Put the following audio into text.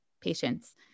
patients